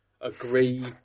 agree